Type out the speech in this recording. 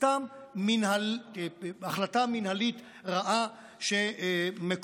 סתם החלטה מינהלית רעה שמקורה,